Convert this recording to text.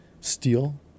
steel